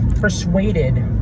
Persuaded